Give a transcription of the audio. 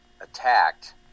attacked